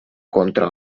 contra